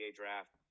draft